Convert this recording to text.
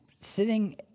sitting